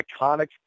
iconic